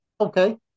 Okay